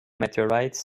meteorites